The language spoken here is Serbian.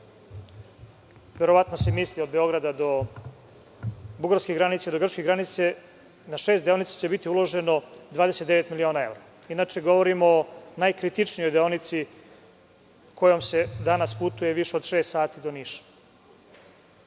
verovatno se misli od Beograda do Bugarske granice, Grčke granice, biće uloženo 29 miliona evra. Inače, govorimo o najkritičnijoj deonici kojom se danas putuje više od šest sati do Niša. Na